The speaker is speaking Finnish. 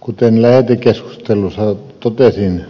kuten lähetekeskustelussa totesin